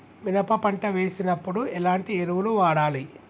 మినప పంట వేసినప్పుడు ఎలాంటి ఎరువులు వాడాలి?